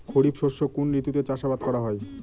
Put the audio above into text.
খরিফ শস্য কোন ঋতুতে চাষাবাদ করা হয়?